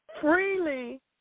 Freely